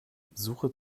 suche